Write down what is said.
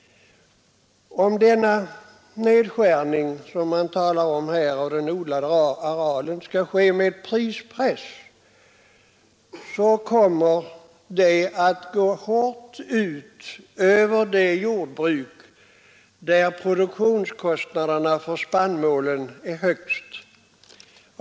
Om denna nedskärning skall åstadkommas genom prispress, kommer en sådan att gå hårt åt de jordbruk där produktionskostnaderna för spannmål är högst.